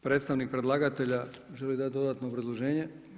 Predstavnik predlagatelja želi dati dodatno obrazloženje.